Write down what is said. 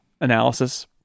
analysis